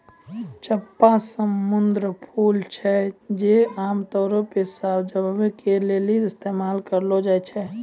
चंपा सुंदर फूल छै जे आमतौरो पे सजाबै के लेली इस्तेमाल करलो जाय छै